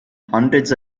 hundreds